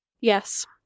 Yes